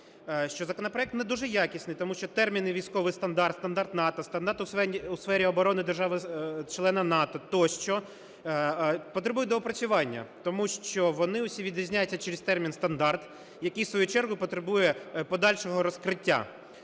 Що законопроект не дуже якісний, тому що терміни: "військовий стандарт", "стандарт НАТО", "стандарт у сфері оброни держави-члена НАТО" тощо - потребують доопрацювання, тому що вони усі відрізняються через термін "стандарт", який в свою чергу потребує подальшого розкриття.